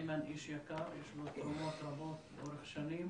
איימן הוא איש יקר, יש לו תרומות רבות כל השנים,